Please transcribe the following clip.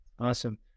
Awesome